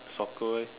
soccer leh